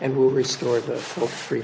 and will restore the free